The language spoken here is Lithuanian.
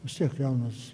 vis tiek jaunas